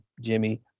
Jimmy